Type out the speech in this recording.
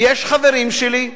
יש חברים שלי,